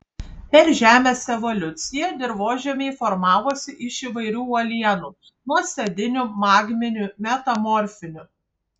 per žemės evoliuciją dirvožemiai formavosi iš įvairių uolienų nuosėdinių magminių metamorfinių